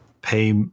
pay